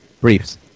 Briefs